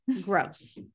Gross